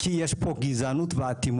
כי יש פה גזענות ואטימות,